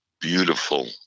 beautiful